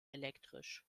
elektrisch